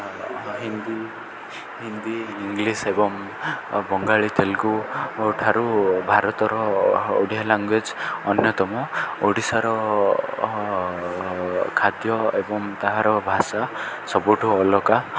Hindi Hindi English ଏବଂ ବଙ୍ଗାଳୀ ତେଲୁଗୁ ଠାରୁ ଭାରତର ଓଡ଼ିଆ ଲାଙ୍ଗୁଏଜ୍ ଅନ୍ୟତମ ଓଡ଼ିଶାର ଖାଦ୍ୟ ଏବଂ ତାହାର ଭାଷା ସବୁଠୁ ଅଲଗା